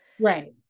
right